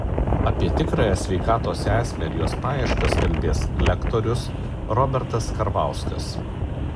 apie tikrąją sveikatos esmę ir jos paieškas kalbės lektorius robertas karvauskas